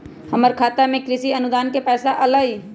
हमर खाता में कृषि अनुदान के पैसा अलई?